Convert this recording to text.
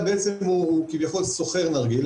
אנחנו יודעים שבקבוצה כשמעשנים נרגילה,